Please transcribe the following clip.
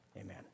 Amen